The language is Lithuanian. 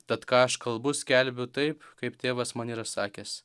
tad ką aš kalbu skelbiu taip kaip tėvas man yra sakęs